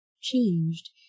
changed